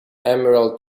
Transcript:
emerald